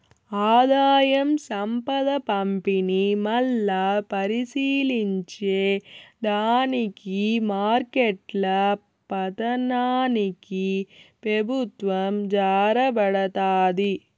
ఆదాయం, సంపద పంపిణీ, మల్లా పరిశీలించే దానికి మార్కెట్ల పతనానికి పెబుత్వం జారబడతాది